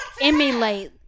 emulate